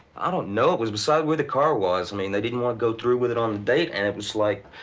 i don't know. it was beside where the car was. i mean, they didn't want to go through with it on the date. and it was like,